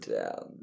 down